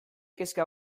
kezka